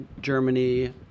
Germany